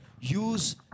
Use